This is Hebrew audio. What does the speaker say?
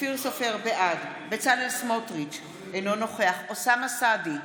בעד בצלאל סמוטריץ' אינו נוכח אוסאמה סעדי,